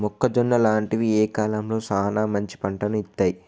మొక్కజొన్న లాంటివి ఏ కాలంలో సానా మంచి పంటను ఇత్తయ్?